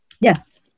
Yes